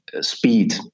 speed